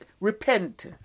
repent